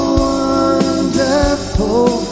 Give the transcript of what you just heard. wonderful